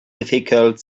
difficult